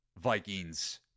Vikings